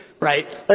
Right